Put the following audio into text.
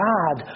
God